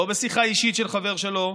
לא בשיחה אישית עם חבר שלו,